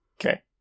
Okay